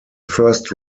first